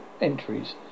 entries